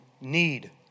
need